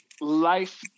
life